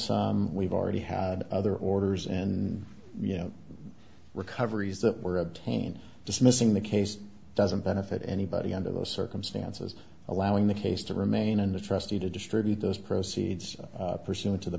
so we've already had other orders and you know recoveries that were obtained just missing the case doesn't benefit anybody under those circumstances allowing the case to remain in the trustee to distribute those proceeds pursuant to the